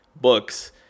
books